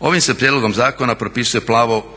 Ovim se prijedlogom zakona